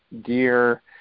dear